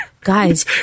guys